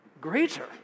greater